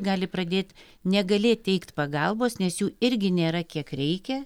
gali pradėt negalėt teikt pagalbos nes jų irgi nėra kiek reikia